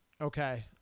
Okay